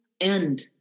end